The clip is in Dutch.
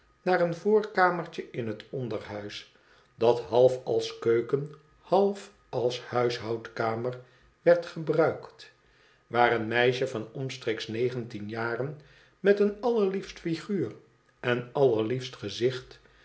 naar een voorkamertje in het onderhuis dat half als keuken half als huishoudkamer werd gebruikt waar een meisje van omstreeks negentien jaren met een allerliefst ügtmr en allerliefst gezicht